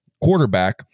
Quarterback